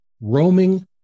roaming